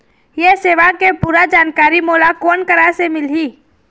ये सेवा के पूरा जानकारी मोला कोन करा से मिलही?